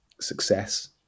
success